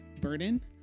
burden